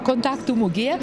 kontaktų mugėje